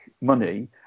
money